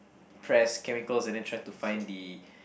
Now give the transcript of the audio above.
trace chemical and then try to find the